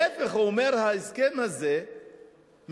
להיפך, הוא אומר: ההסכם הזה מחזק